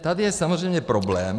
Tady je samozřejmě problém